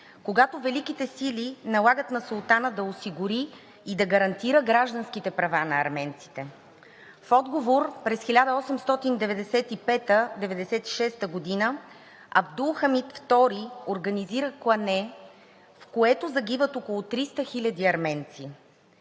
когато Великите сили налагат на султана да осигури и да гарантира гражданските права на арменците. В отговор през 1895 – 1896 г. Абдул Хамид II организира клане, в което загиват около 300 хиляди арменци,